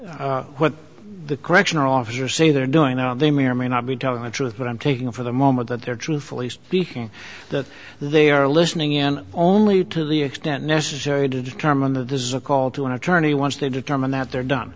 beards what the correctional officers say they're doing now they may or may not be telling the truth but i'm taking for the moment that they're truthfully speaking that they are listening in only to the extent necessary to determine the desired call to an attorney once they determine that they're done